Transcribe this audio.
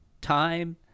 time